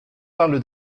parle